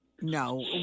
No